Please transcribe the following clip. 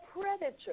predator